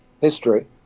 history